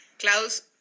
Klaus